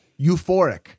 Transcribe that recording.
euphoric